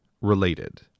Related